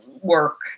Work